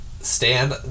stand